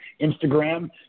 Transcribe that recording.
Instagram